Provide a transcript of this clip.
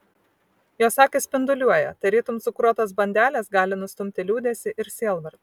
jos akys spinduliuoja tarytum cukruotos bandelės gali nustumti liūdesį ir sielvartą